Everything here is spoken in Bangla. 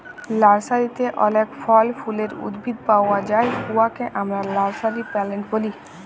লার্সারিতে অলেক ফল ফুলের উদ্ভিদ পাউয়া যায় উয়াকে আমরা লার্সারি প্লান্ট ব্যলি